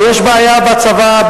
ויש בעיה בצבא,